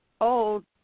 old